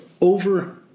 over